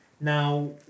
now